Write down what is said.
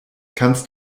kannst